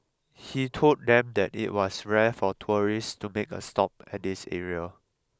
he told them that it was rare for tourists to make a stop at this area